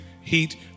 heat